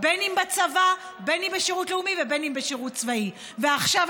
אם בצבא, אם בשירות לאומי ואם בשירות צבאי.